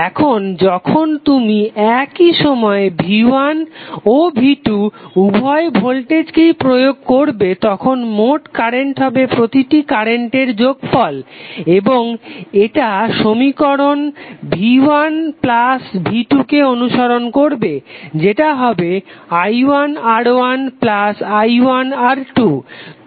এখন যখন তুমি একই সময়ে V1 ও V2 উভয় ভোল্টেজই প্রয়োগ করবে তখন মোট কারেন্ট হবে প্রতিটি কারেন্টের যোগফল এবং এটা সমীকরণ V1V2 কে অনুসরন করবে যেটা হবে i1Ri2R